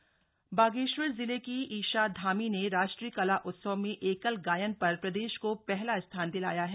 ईशा धामी बागेश्वर जिले की ईशा धामी ने राष्ट्रीय कला उत्सव में एकल गायन पर प्रदेश को पहला स्थान दिलाया है